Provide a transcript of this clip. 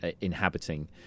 inhabiting